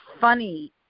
funny